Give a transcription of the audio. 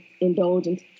indulgent